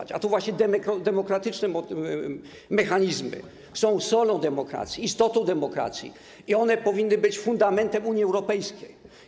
Natomiast to właśnie demokratyczne mechanizmy są solą demokracji, istotą demokracji i one powinny być fundamentem Unii Europejskiej.